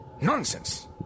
Nonsense